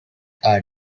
are